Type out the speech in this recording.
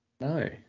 No